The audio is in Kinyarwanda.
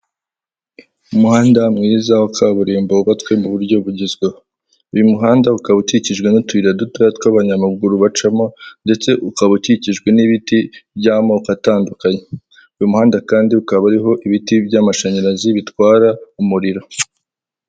Umuhanda mwiza wa kaburimbo wubatswe mu buryo bugezweho, uyu muhanda ukaba ukikijwe n'utuyira duto tw'abanyamaguru bacamo ndetse ukaba ukikijwe n'ibiti by'amoko atandukanye, uyu muhanda kandi ukaba uriho ibiti by'amashanyarazi bitwara umuriro.